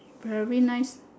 very nice